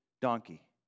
donkey